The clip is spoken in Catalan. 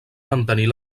mantenir